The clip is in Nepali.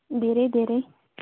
धेरै धेरै